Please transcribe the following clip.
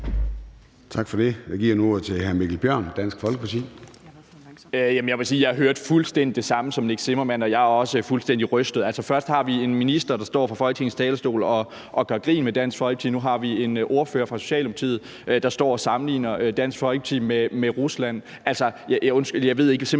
Tak for det. Jeg giver nu ordet til hr. Mikkel Bjørn, Dansk Folkeparti. Kl. 10:28 Mikkel Bjørn (DF): Jeg må sige, at jeg hørte fuldstændig det samme som Nick Zimmermann, og jeg er også fuldstændig rystet. Først har vi en minister, der står fra Folketingets talerstol og gør grin med Dansk Folkeparti, og nu har vi en ordfører for Socialdemokratiet, der står og sammenligner Dansk Folkeparti med Rusland. Jeg ved simpelt hen